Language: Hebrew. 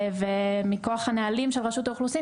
ומכוח הנהלים של רשות האוכלוסין,